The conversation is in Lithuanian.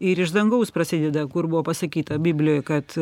ir iš dangaus prasideda kur buvo pasakyta biblijoj kad